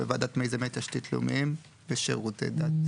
בוועדת מיזמי תשתית לאומיים ושירותי דת